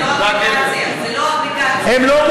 כי זה לא אפליקציה.